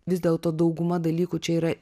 vis dėlto dauguma dalykų čia yra